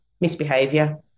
misbehavior